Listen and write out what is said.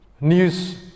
news